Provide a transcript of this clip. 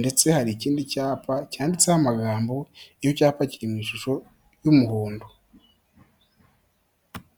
ndetse hari ikindi cyapa cyanditseho amagambo, icyo cyapa kiri mu ishusho y'umuhondo.